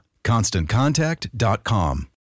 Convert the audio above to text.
constantcontact.com